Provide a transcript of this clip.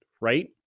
right